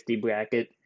bracket